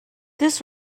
this